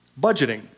budgeting